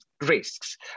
risks